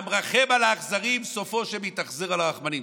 "המרחם על אכזרים סופו שיתאכזר על רחמנים".